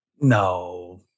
no